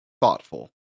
thoughtful